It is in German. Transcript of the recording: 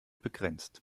begrenzt